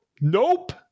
Nope